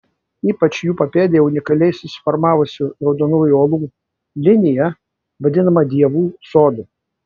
ypač jų papėdėje unikaliai susiformavusių raudonų uolų linija vadinama dievų sodu